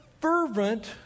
fervent